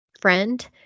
friend